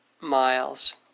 Miles